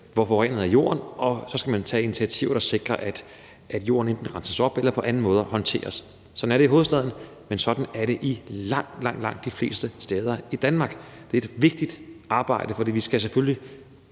hvor forurenet jorden er, og så skal man tage initiativer, der sikrer, at jorden enten renses op eller på anden måde håndteres. Sådan er det i hovedstaden, men sådan er det også langt, langt de fleste steder i Danmark. Det er et vigtigt arbejde, for vi skal selvfølgelig